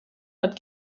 hat